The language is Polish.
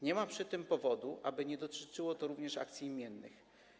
Nie ma przy tym powodu, aby nie dotyczyło to również akcji imiennych.